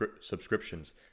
subscriptions